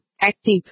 Active